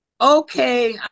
Okay